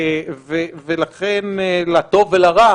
ולכן לטוב ולרע